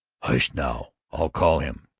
hush, now! i'll call him.